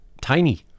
tiny